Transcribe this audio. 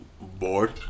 bored